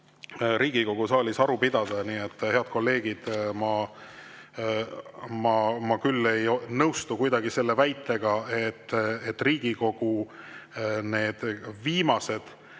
Riigikogu saalis aru pidada. Nii et, head kolleegid, ma küll ei nõustu kuidagi selle väitega, nagu viimastel